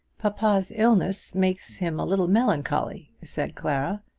papa's illness makes him a little melancholy, said clara.